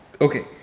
Okay